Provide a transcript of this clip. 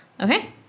Okay